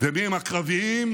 ומיהם הקרביים,